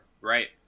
right